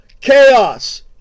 chaos